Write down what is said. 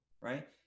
right